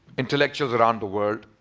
intellectuals around the world.